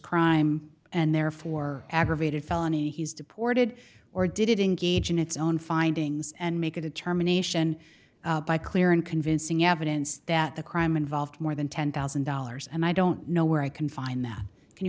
crime and therefore aggravated felony he's deported or did it in gauge in its own findings and make a determination by clear and convincing evidence that the crime involved more than ten thousand dollars and i don't know where i can find that can